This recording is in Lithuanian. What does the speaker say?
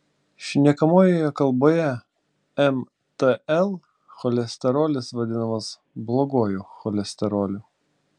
šnekamojoje kalboje mtl cholesterolis vadinamas bloguoju cholesteroliu